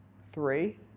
three